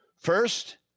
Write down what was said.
First